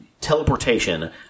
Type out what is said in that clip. teleportation